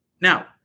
now